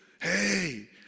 Hey